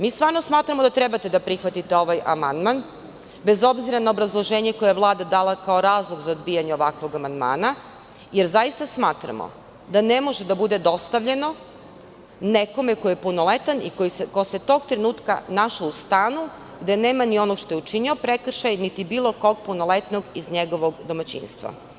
Mi stvarno smatramo da treba da prihvatite ovaj amandman, bez obzira na obrazloženje koje je Vlada dala kao razlog za odbijanje ovakvog amandmana, jer zaista smatramo da ne može da bude dostavljeno nekome ko je punoletan i ko se tog trenutka našao u stanu, da nema ni ovog što je učinio prekršaj, niti bilo kog punoletnog iz njegovog domaćinstva.